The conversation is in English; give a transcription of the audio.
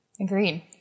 Agreed